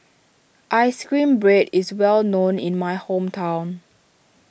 Ice Cream Bread is well known in my hometown